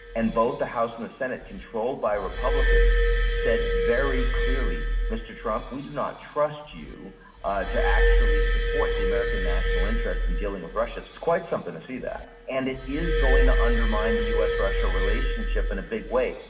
and both the house and the senate controlled by republicans said very clearly, mr. trump, we do not trust you to actually support the american national interest in dealing with russia. it's quite something to see that. and it is going to undermine the u s russia relationship in a big way,